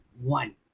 one